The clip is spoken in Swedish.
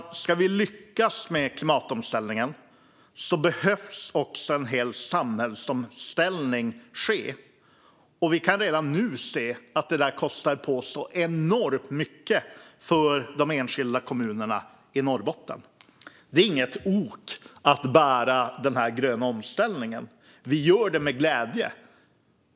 Om vi ska lyckas med klimatomställningen behöver en hel samhällsomställning ske. Vi kan redan nu se att det där kostar på enormt mycket för de enskilda kommunerna i Norrbotten. Det är inget ok att bära den gröna omställningen; vi gör det med glädje.